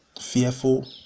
fearful